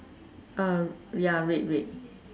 a ya red red